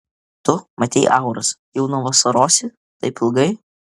tu matei auras jau nuo vasarosi taip ilgai